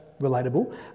relatable